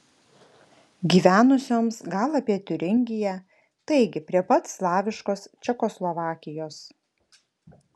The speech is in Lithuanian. gyvenusioms gal apie tiuringiją taigi prie pat slaviškos čekoslovakijos